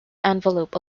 envelope